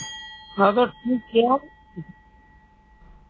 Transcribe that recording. ᱱᱚᱣᱟ ᱫᱚ ᱴᱷᱤᱠ ᱜᱮᱭᱟ